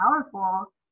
powerful